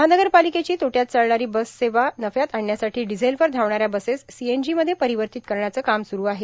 महानगरपालिकेची तोट्यात चालणारी बससेवा नफ्यात आणण्यासाठी डिझेलवर धावणाऱ्या बसेस सीएनजीमध्ये परिवर्तित करण्याचं काम सुरू आहे